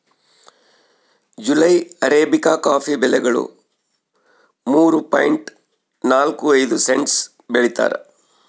July arabica coffee ಬೆಲೆಗಳು ಮೂರು point ನಾಲ್ಕು ಐದು ಸೆಂಟ್ಸ್ ಬೆಳೀತಾರ